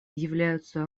являются